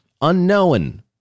unknown